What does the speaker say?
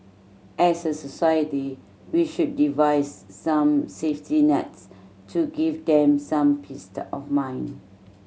as a society we should devise some safety nets to give them some of mind